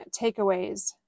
takeaways